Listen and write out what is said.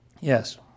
Yes